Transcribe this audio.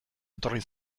etorri